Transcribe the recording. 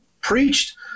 preached